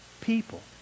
people